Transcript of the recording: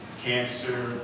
cancer